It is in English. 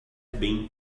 been